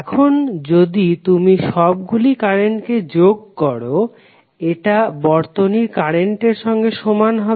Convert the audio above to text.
এখন যদি তুমি সবগুলি কারেন্টকে যোগ করো এটা বর্তনীর কারেন্টের সঙ্গে সমান হবে